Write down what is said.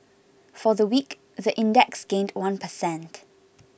for the week the index gained one per cent